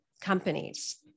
companies